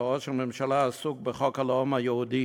אבל ראש הממשלה עסוק בחוק הלאום היהודי.